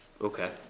Okay